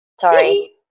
Sorry